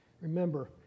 remember